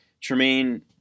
Tremaine